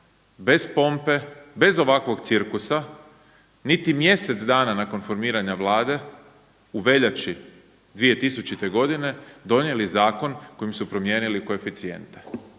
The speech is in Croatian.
bez pompe, bez ovakvog cirkusa niti mjesec dana nakon formiranja Vlade u veljači 2000. godine donijeli zakon kojim su promijenili koeficijente,